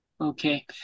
Okay